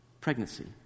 pregnancy